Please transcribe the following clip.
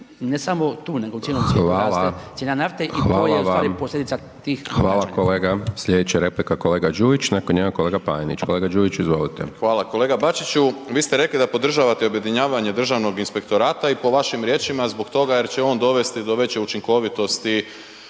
Siniša (SDP)** Hvala kolega. Slijedeća replika kolega Đujić, nakon njega kolega Panenić, kolega Panenić. **Đujić, Saša (SDP)** Hvala. Kolega Bačiću, vi ste rekli da podržavate objedinjavanje Državnog inspektorata i po vašim riječima zbog toga jer će on dovesti di veće učinkovitosti